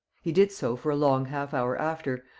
he did so for a long half hour after,